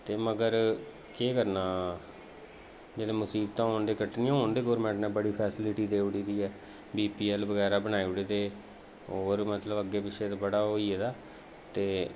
ते मगर केह् करना जेल्लै मसीबतां होन ते कट्टनियां हुन ते गौरमेंट नै बड़ी फैसिलिटी देई ओड़ी दी ऐ बी पी एल बगैरा बनाई ओड़े दे होर मतलब अग्गें पिच्छें बड़ा ओह् होई गेदा ते